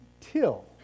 till